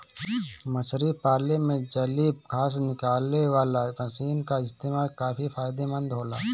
मछरी पाले में जलीय घास निकालेवाला मशीन क इस्तेमाल काफी फायदेमंद होला